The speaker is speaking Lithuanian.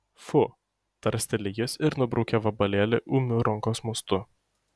fu tarsteli jis ir nubraukia vabalėlį ūmiu rankos mostu